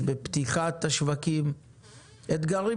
יחד עם